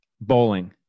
Bowling